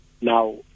now